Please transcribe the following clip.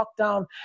lockdown